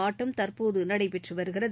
ஆட்டம் தற்போது நடைபெற்று வருகிறது